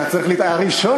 אתה צריך להיות הראשון,